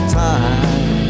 time